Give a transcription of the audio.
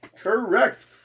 Correct